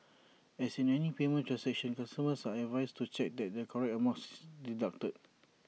as in any payment transaction customers are advised to check that the correct amount is deducted